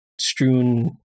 strewn